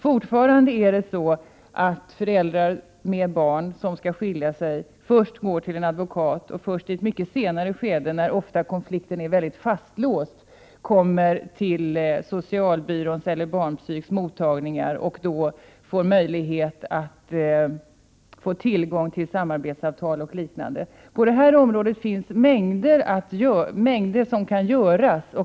Fortfarande går människor som skall skiljas först till en advokat och först i ett mycket senare skede, när konflikten ofta är mycket fastlåst, till en socialbyrå eller till en barnpsykiatrisk mottagning och får möjlighet till samarbetsavtal och liknande. På detta område finns det mycket som kan göras.